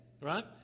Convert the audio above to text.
right